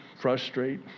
frustrate